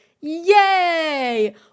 Yay